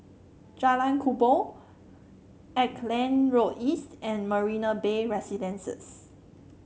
Jalan Kubor Auckland Road East and Marina Bay Residences